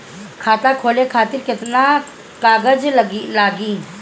खाता खोले खातिर केतना केतना कागज लागी?